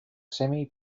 semi